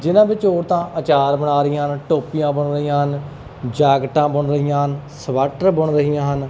ਜਿਹਨਾਂ ਵਿੱਚ ਔਰਤਾਂ ਅਚਾਰ ਬਣਾ ਰਹੀਆਂ ਹਨ ਟੋਪੀਆਂ ਬੁਣ ਰਹੀਆਂ ਹਨ ਜਾਕਟਾਂ ਬੁਣ ਰਹੀਆਂ ਹਨ ਸਵੈਟਰ ਬੁਣ ਰਹੀਆਂ ਹਨ